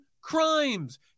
crimes